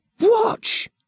watch